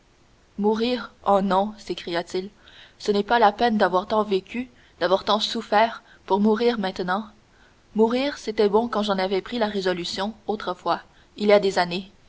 mourir oh non s'écria-t-il ce n'est pas la peine d'avoir tant vécu d'avoir tant souffert pour mourir maintenant mourir c'était bon quand j'en avais pris la résolution autrefois il y a des années